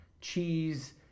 cheese